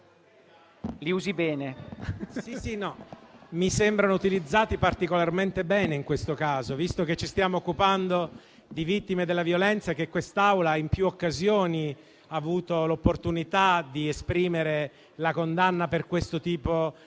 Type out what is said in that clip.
mi sembrano utilizzati particolarmente bene in questo caso, visto che ci stiamo occupando di vittime di violenza e che quest'Aula in più occasioni ha avuto l'opportunità di esprimere la propria condanna di questo tipo di violenze